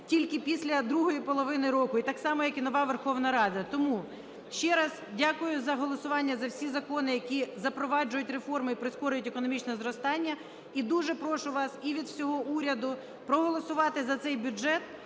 тільки після другої половини року, так само як і нова Верховна Рада. Тому ще раз дякую за голосування за всі закони, які запроваджують реформи і прискорюють економічне зростання. І дуже прошу вас, і від всього уряду, проголосувати за цей бюджет